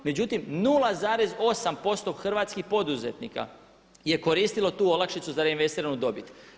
Međutim, 0,8% hrvatskih poduzetnika je koristilo tu olakšicu za reinvestiranu dobit.